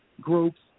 groups